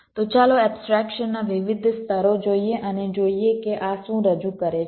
તો ચાલો એબ્સ્ટ્રેક્શનના વિવિધ સ્તરો જોઈએ અને જોઈએ કે આ શું રજૂ કરે છે